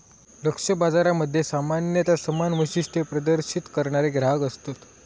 लक्ष्य बाजारामध्ये सामान्यता समान वैशिष्ट्ये प्रदर्शित करणारे ग्राहक असतत